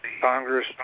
Congress